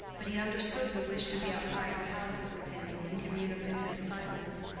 but he understood the wish to be outside the house with him in communicative silence,